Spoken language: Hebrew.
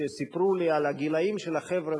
כשסיפרו לי על הגילים של החבר'ה,